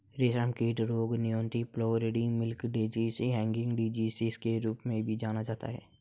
रेशमकीट रोग nuclear polyhedrosis, milky disease, hanging disease के रूप में भी जाना जाता है